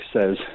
says